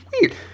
weird